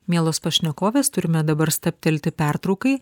mielos pašnekovės turime dabar stabtelti pertraukai